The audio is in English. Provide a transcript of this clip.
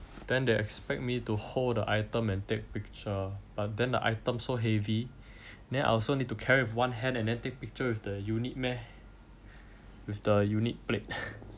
then they expect me to hold the item and take picture but then the item so heavy then I also need to carry with one hand to take picture with the unit meh with the unit plate